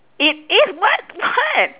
it i~ what what